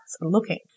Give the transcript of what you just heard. looking